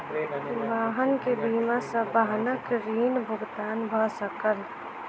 वाहन के बीमा सॅ वाहनक ऋण भुगतान भ सकल